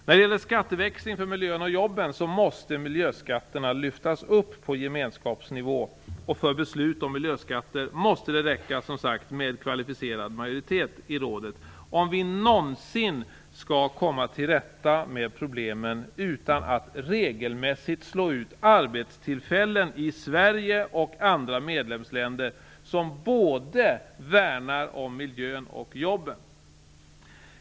När det gäller skatteväxling för miljön och jobben måste miljöskatterna lyftas upp på gemenskapsnivå, och för beslut om miljöskatter måste det, som sagt, räcka med kvalificerad majoritet i rådet, detta för att vi någonsin skall komma till rätta med problemen utan att regelmässigt slå ut arbetstillfällen i Sverige och andra medlemsländer som värnar om både miljön och jobben.